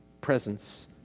presence